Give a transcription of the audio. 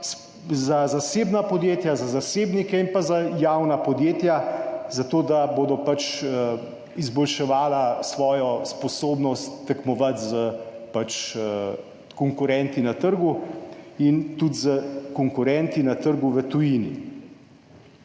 za zasebna podjetja, za zasebnike, in pa za javna podjetja, zato da bodo pač izboljševala svojo sposobnost tekmovati s konkurenti na trgu in tudi s konkurenti na trgu v tujini.